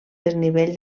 desnivell